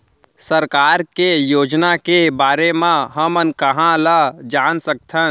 सरकार के योजना के बारे म हमन कहाँ ल जान सकथन?